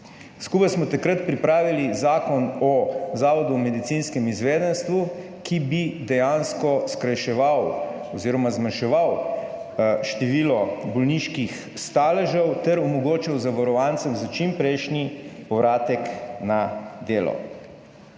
Skupaj smo takrat pripravili Zakon o zavodu o medicinskem izvedenstvu, ki bi dejansko skrajševal oziroma zmanjševal število bolniških staležev ter omogočil zavarovancem za čimprejšnji povratek na delo.